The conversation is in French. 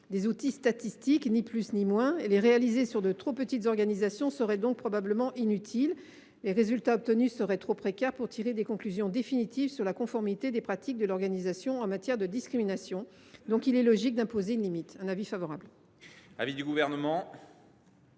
des outils statistiques, ni plus ni moins. Les réaliser sur de trop petites organisations serait donc probablement inutile. Les résultats obtenus seraient trop précaires pour tirer des conclusions définitives sur la conformité des pratiques de l’organisation en matière de discrimination. Il est donc logique d’imposer une limite. Quel est l’avis